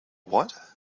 what